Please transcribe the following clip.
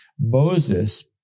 Moses